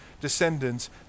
descendants